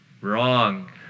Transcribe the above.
Wrong